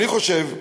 אני חושב,